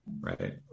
Right